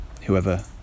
whoever